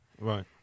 Right